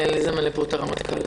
לזמן לפה את הרמטכ"ל.